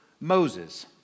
Moses